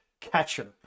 catcher